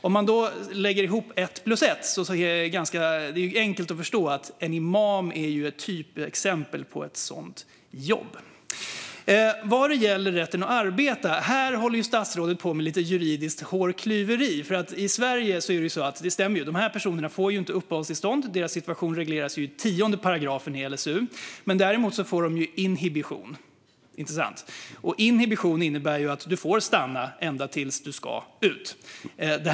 Om man då lägger ihop ett plus ett är det enkelt att förstå att en imam är ett typexempel på ett sådant jobb. När det gäller rätten att arbeta håller statsrådet på med lite juridiskt hårklyveri. Det stämmer att dessa personer inte får uppehållstillstånd i Sverige. Deras situation regleras i § 10 i LSU. Däremot får de inhibition. Inhibition innebär att man får stanna ända tills man ska ut ur landet.